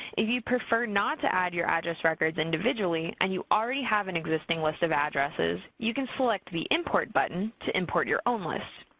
you you prefer not to add your address records individually and you already have an existing list of addresses, you can select the import button to import your own list.